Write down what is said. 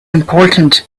important